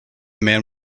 man